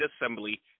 Assembly